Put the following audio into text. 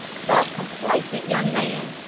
self-complacent young man!